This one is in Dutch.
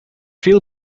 veel